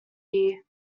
here